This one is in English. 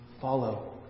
Follow